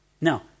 Now